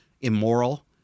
immoral